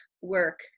work